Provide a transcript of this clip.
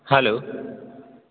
hello